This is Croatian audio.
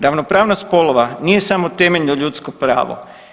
Ravnopravnost spolova nije samo temeljno ljudsko pravo.